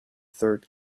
third